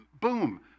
boom